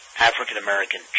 African-American